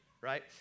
Right